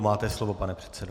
Máte slovo, pane předsedo.